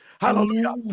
Hallelujah